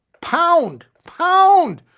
pound, pound